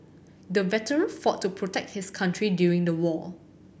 the veteran fought to protect his country during the war